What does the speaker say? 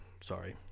sorry